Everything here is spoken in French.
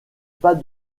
pas